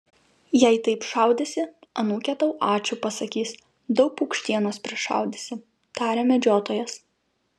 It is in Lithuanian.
jei taip šaudysi anūkė tau ačiū pasakys daug paukštienos prišaudysi tarė medžiotojas